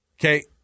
Okay